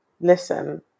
listen